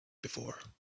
before